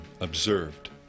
observed